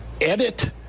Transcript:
edit